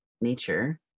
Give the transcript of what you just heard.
nature